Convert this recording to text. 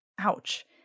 Ouch